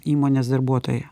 įmonės darbuotojai